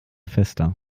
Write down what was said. fester